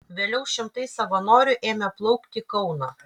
vėliau šimtai savanorių ėmė plaukti į kauną